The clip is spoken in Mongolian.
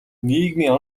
нийгмийн